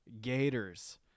gators